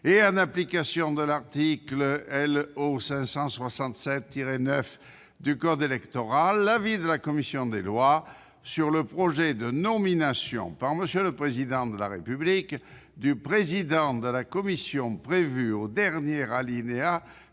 et en application de l'article L.O. 567-9 du code électoral, l'avis de la commission des lois sur le projet de nomination, par M. le Président de la République, du président de la commission prévue au dernier alinéa